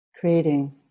creating